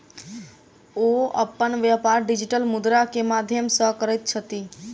ओ अपन व्यापार डिजिटल मुद्रा के माध्यम सॅ करैत छथि